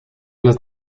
las